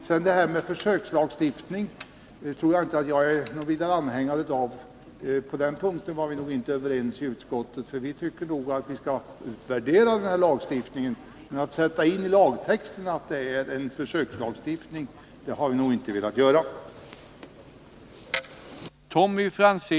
Jag är vidare inte någon anhängare av tanken på en försökslagstiftning, och på den punkten var utskottets ledamöter nog inte överens. Vi tycker att den nu föreslagna lagstiftningen skall utvärderas, men vi har inte i lagtexten velat föra in något om att det är fråga om en försökslagstiftning.